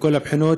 מכל הבחינות.